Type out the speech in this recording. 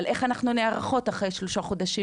אבל איך אנחנו נערכות אחרי שלושה חודשים